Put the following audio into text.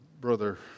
Brother